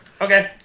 Okay